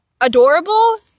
adorable